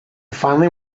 finally